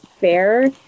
fair